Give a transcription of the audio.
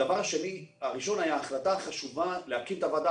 הדבר הראשון היה החלטה חשובה להקים את הוועדה,